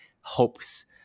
hopes